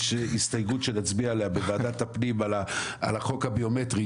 הסתייגות שנצביע עליה בוועדת הפנים על החוק הביומטרי,